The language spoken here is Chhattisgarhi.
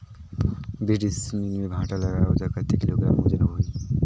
बीस डिसमिल मे भांटा लगाबो ता कतेक किलोग्राम वजन होही?